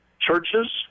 churches